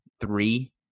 three